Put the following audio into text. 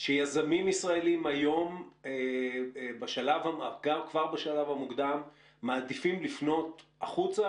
שהיזמים הישראלים היום גם כבר בשלב המוקדם מעדיפים לפנות החוצה?